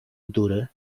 durry